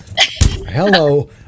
hello